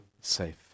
safe